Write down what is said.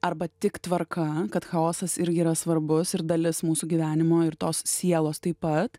arba tik tvarka kad chaosas irgi yra svarbus ir dalis mūsų gyvenimo ir tos sielos taip pat